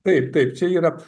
taip taip čia yra